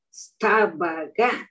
stabaga